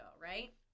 right